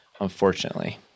unfortunately